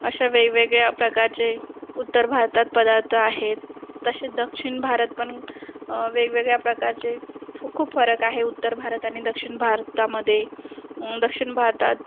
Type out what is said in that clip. अशा वेगवेळ्या प्रकारचे उत्तर भारतात पदार्थ आहेत तसे दक्षिण भारत पण वेगवेगळ्या प्रकारचे खूप फरक आहे उत्तर भारत आणि दक्षिण भारतामध्ये दक्षिण भारतात